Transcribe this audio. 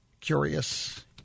curious